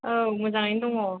औ मोजाङैनो दङ